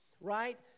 right